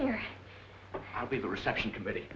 here i'll be the reception committee